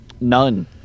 none